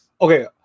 Okay